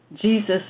Jesus